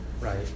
right